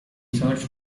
search